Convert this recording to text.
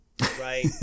right